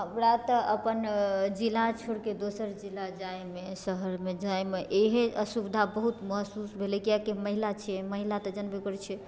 हमरा तऽ अपन जिला छोड़िके दोसर जिला जाइमे शहरमे जाइमे ईहे असुविधा बहुत महसूस भेलै किआकी छियै महिला तऽ जनबे करैत छियै